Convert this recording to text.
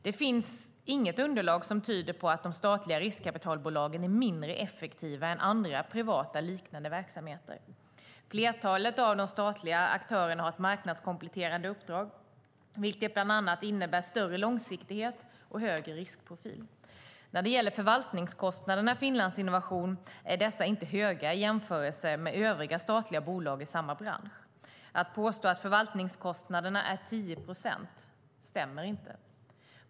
Det finns inget underlag som tyder på att de statliga riskkapitalbolagen är mindre effektiva än liknande privata verksamheter. Flertalet av de statliga aktörerna har ett marknadskompletterande uppdrag, vilket bland annat innebär större långsiktighet och högre riskprofil. När det gäller förvaltningskostnaderna för Inlandsinnovation är dessa inte höga i jämförelse med övriga statliga bolag i samma bransch. Att förvaltningskostnaderna är 10 procent stämmer inte.